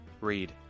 Read